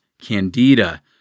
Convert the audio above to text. candida